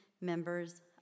members